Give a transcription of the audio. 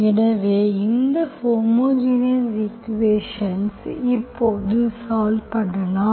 எனவே இந்த homogeneous equations இப்போது சால்வ்பண்ணலாம்